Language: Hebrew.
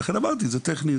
ולכן אמרתי, זה טכני.